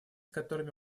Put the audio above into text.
которыми